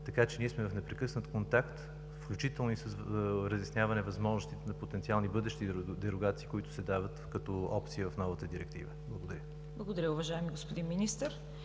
Така че ние сме в непрекъснат контакт, включително с разясняване на възможностите на потенциални бъдещи дерогации, които се дават като опция в новата директива. Благодаря. ПРЕДСЕДАТЕЛ ЦВЕТА КАРАЯНЧЕВА: Благодаря, уважаеми господин министър.